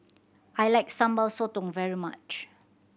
I like Sambal Sotong very much